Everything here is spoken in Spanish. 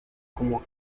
como